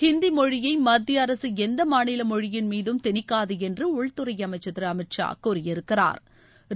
ஹிந்தி மொழியை மத்திய அரசு எந்த மாநில மொழியின் மீதம் திணிக்காது என்று உள்துறை அமைச்சா் திரு அமித் ஷா கூறியிருக்கிறாா்